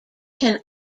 can